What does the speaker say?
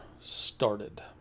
started